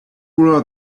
rule